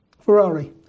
Ferrari